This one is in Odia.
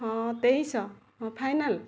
ହଁ ତେଇଶ ଶହ ଫାଇନାଲ୍